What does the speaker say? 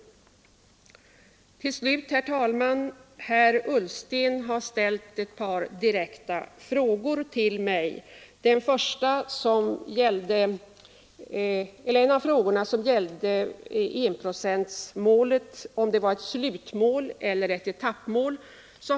utvecklings Herr talman! Till sist vill jag beröra ett par frågor som herr Ullsten ställde direkt till mig. Ang. principerna En av frågorna gällde om enprocentsmålet var ett slutmål eller ett = för svensk biståndsetappmål.